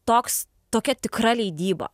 toks tokia tikra leidyba